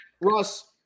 Russ